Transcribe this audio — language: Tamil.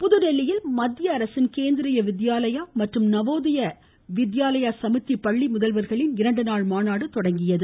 மாநாடு புதுதில்லியில் மத்திய அரசின் கேந்திரீய வித்யாலயா மற்றும் நவோதயா வித்யாலயா சமிதி பள்ளி முதல்வா்களின் இரண்டு நாள் மாநாடு தொடங்கியது